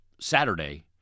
Saturday